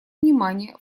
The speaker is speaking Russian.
внимание